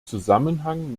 zusammenhang